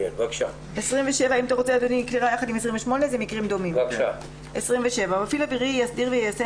אוורור כלי טיס מפעיל אווירי יסדיר ויישם